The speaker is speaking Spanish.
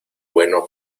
bueno